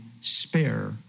spare